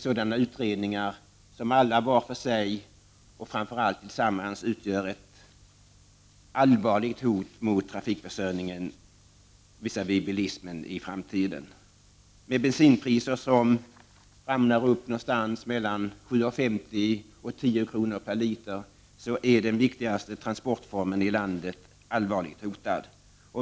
Sådana utredningar var för sig och framför allt alla tillsammans utgör ett allvarligt hot mot trafikförsörjningen i framtiden. Med bensinpriser på 7,50 eller 10 kr. per liter är den viktigaste transportformen allvarligt hotad.